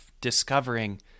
discovering